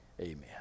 amen